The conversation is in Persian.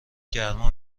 گرما